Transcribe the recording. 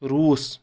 روٗس